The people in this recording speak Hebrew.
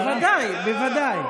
בוודאי, בוודאי.